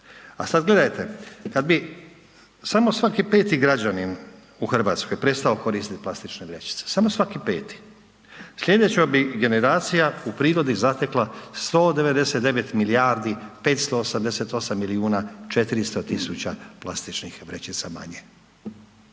a sad gledajte, kad bi samo svaki peti građanin u RH prestao koristit plastične vrećice, samo svaki peti, slijedeća bi generacija u prirodi zatekla 199 milijardi 588 milijuna 400 tisuća plastičnih vrećica manje.